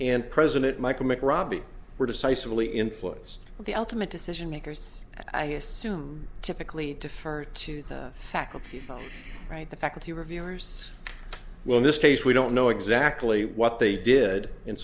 and president michael mick robbie were decisively influence the ultimate decision makers i assume typically defer to the faculty right the faculty reviewers well in this case we don't know exactly what they did and